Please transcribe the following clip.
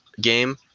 game